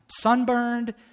sunburned